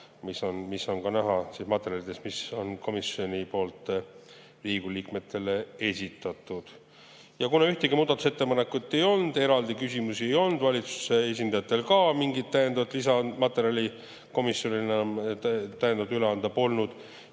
mis on näha materjalidest, mis on komisjoni poolt Riigikogu liikmetele esitatud. Kuna ühtegi muudatusettepanekut ei olnud, eraldi küsimusi ei olnud, valitsuse esindajatel ka mingit täiendavat lisamaterjali komisjonile enam üle anda polnud,